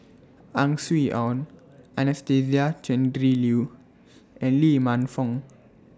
Ang Swee Aun Anastasia Tjendri Liew and Lee Man Fong